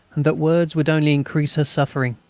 and that words would only increase her suffering.